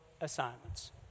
assignments